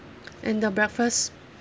and the breakfast